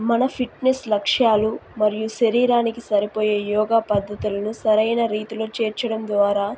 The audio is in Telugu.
మన ఫిట్నెస్ లక్ష్యాలు మరియు శరీరానికి సరిపోయే యోగా పద్ధతులను సరైన రీతిలో చేర్చడం ద్వారా